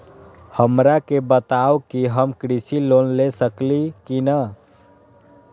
हमरा के बताव कि हम कृषि लोन ले सकेली की न?